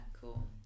cool